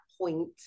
point